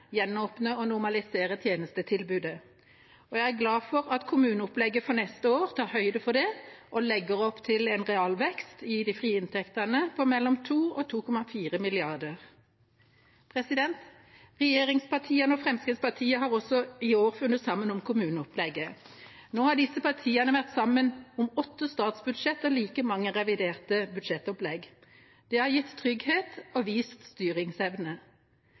gjenåpne og normalisere tjenestetilbudet. Jeg er glad for at kommuneopplegget for neste år tar høyde for det og legger opp til en realvekst i de frie inntektene på mellom 2 mrd. kr og 2,4 mrd. kr. Regjeringspartiene og Fremskrittspartiet har også i år funnet sammen om kommuneopplegget. Nå har disse partiene vært sammen om åtte statsbudsjett og like mange reviderte budsjettopplegg. Det har gitt trygghet og vist styringsevne.